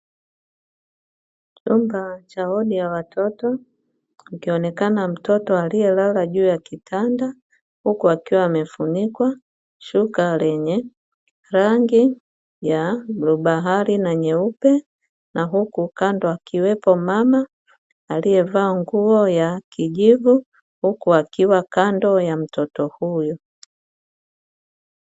Chumba cha wodi ya watoto akionekana mtoto aliyelala juu ya kitanda, huku akiwa amefunikwa shuka lenye rangi ya bluu bahari na nyeupe na huku kando wakiwepo mama aliyevaa nguo ya kijivu huku akiwa kando ya mtoto huyo.